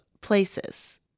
places